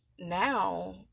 Now